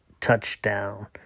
touchdown